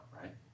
right